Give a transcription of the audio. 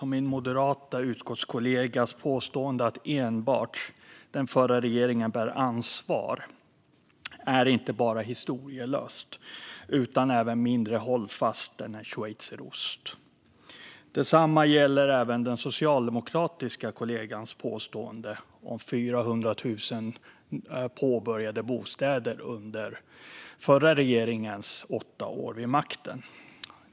Min moderata utskottskollegas påstående att enbart den förra regeringen bär ansvar är alltså inte bara historielöst utan även mindre hållfast än en schweizerost. Detsamma gäller den socialdemokratiska kollegans påstående om 400 000 påbörjade bostäder under den förra regeringens åtta år vid makten.